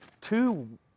Two